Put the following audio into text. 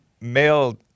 male